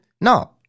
No